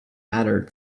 mattered